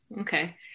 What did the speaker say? Okay